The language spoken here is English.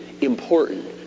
important